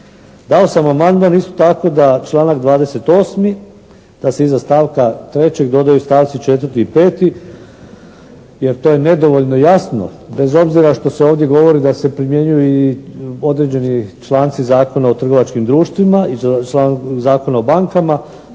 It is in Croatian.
Dao sam amandman isto tako da članak 28. da se iza stavka trećeg dodaju stavci četvrti i peti jer to je nedovoljno jasno bez obzira što se ovdje govori da se primjenjuju i određeni članci Zakona o trgovačkim društvima i Zakona o bankama.